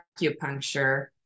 acupuncture